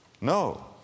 No